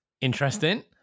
Interesting